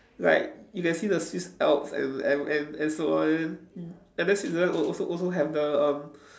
like you can see the Swiss alps and and and and so on and then Switzerland also also have the um